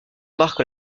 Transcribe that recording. marque